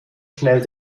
schnell